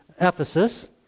Ephesus